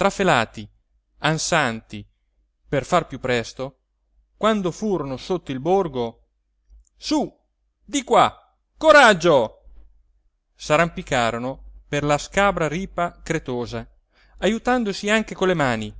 trafelati ansanti per far piú presto quando furono sotto il borgo su di qua coraggio s'arrampicarono per la scabra ripa cretosa ajutandosi anche con le mani